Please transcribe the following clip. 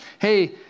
Hey